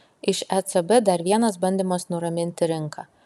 iš ecb dar vienas bandymas nuraminti rinką